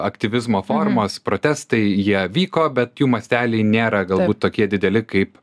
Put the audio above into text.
aktyvizmo formos protestai jie vyko bet jų masteliai nėra galbūt tokie dideli kaip